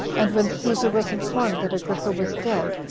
and when caesar was informed that agrippa was dead,